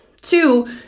Two